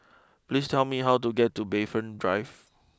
please tell me how to get to Bayfront Drive